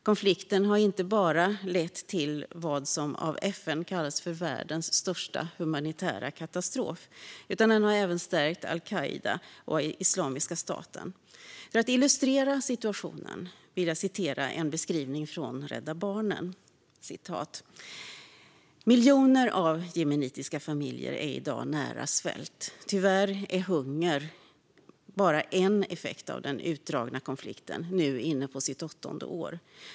Konflikten har inte bara lett till vad som av FN kallas världens största humanitära katastrof, utan den har även stärkt al-Qaida och Islamiska staten. För att illustrera situationen vill jag citera en beskrivning från Rädda Barnen: "Miljoner av jemenitiska familjer är idag nära svält. Tyvärr är hunger bara en effekt av den utdragna konflikten, nu inne på sitt åttonde år.